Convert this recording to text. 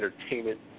entertainment